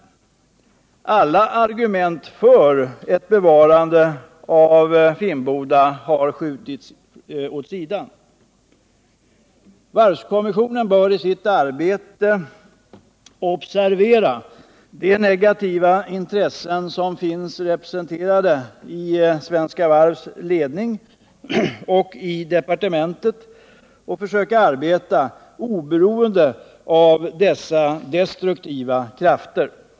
Alla argument för ett bevarande av Finnboda har skjutits åt sidan. Varvskommissionen bör i sitt arbete observera de negativa intressen som finns representerade i Svenska Varvs ledning och i departementet och försöka arbeta oberoende av dessa destruktiva krafter.